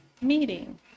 meeting